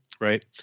Right